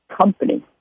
company